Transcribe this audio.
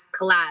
collab